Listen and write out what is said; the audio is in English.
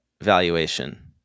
valuation